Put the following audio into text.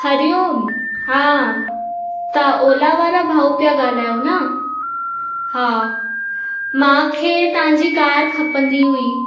हरिओम हा तव्हां ओला वारा भाऊ पिया ॻाल्हायो न हा मूंखे तव्हांजी कार खपंदी हुई